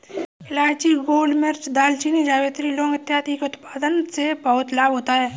इलायची, गोलमिर्च, दालचीनी, जावित्री, लौंग इत्यादि के उत्पादन से बहुत लाभ होता है